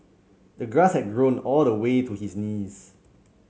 the grass had grown all the way to his knees